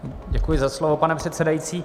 Děkuji za slovo, pane předsedající.